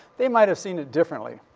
they might have seen it differently.